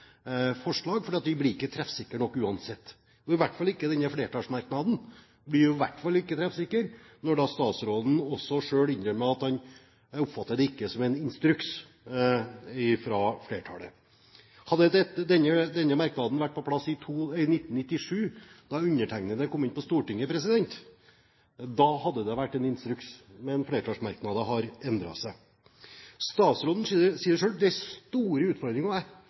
Denne flertallsmerknaden blir i hvert fall ikke treffsikker når statsråden selv innrømmer at han ikke oppfatter den som en instruks fra flertallet. Hadde denne merknaden vært på plass i 1997, da undertegnede kom inn på Stortinget, da hadde det vært en instruks. Men flertallsmerknader har endret seg. Statsråden sier selv at det er store utfordringer, og jeg